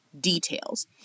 details